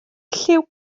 lliw